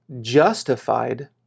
justified